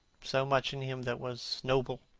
so much in him that was noble.